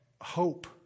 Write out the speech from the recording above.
Hope